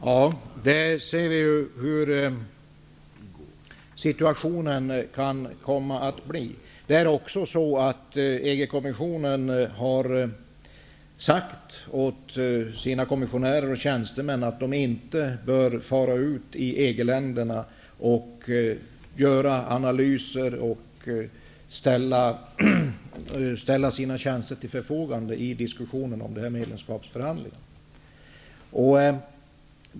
Herr talman! Vi ser hur situationen kan komma att bli. EG-kommissionen har sagt åt sina kommissionärer och tjänstemän att de inte bör fara ut i EG-länderna och göra analyser och ställa sina tjänster till förfogande i diskussionen om medlemskapsförhandlingarna.